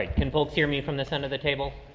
ah can pull tear me from this end of the table.